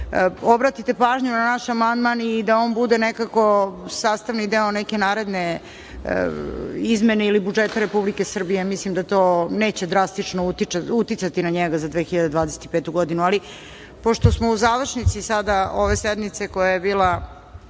obratite pažnju na naš amandman, i da one bude nekako sastavni neke naredne izmene ili budžeta Republike Srbije. Mislim da to neće drastično uticati na njega za 2025. godinu. Ali, pošto smo u završnici sada ove sednice, koja je bila